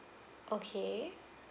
okay